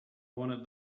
wanted